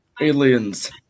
Aliens